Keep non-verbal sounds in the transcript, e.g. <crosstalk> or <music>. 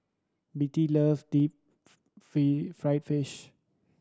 Betty loves deep <unintelligible> fried fish